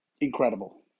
incredible